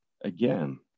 again